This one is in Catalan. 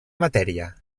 matèria